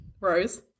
rose